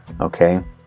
okay